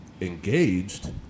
engaged